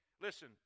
Listen